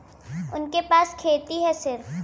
उनके पास खेती हैं सिर्फ